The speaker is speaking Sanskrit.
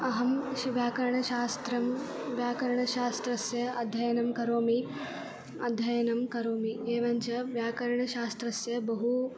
अहं श् व्याकरणशास्त्रं व्याकरणशास्त्रस्य अध्ययनं करोमि अध्ययनं करोमि एवञ्च व्याकरणशास्त्रस्य बहु